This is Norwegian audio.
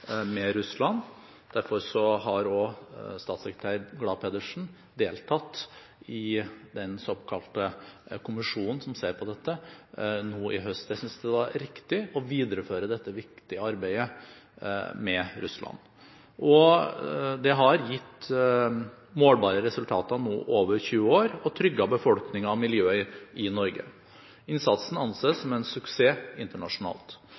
med Russland. Derfor har også statssekretær Glad Pedersen deltatt i den såkalte kommisjonen som ser på dette, nå i høst. Jeg syntes det var riktig å videreføre dette viktige arbeidet med Russland. Det har gitt målbare resultater i over 20 år og trygget befolkningen og miljøet i Norge. Innsatsen anses som en suksess internasjonalt.